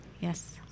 yes